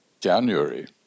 January